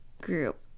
group